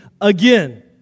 again